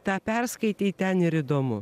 tą perskaitei ten ir įdomu